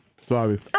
Sorry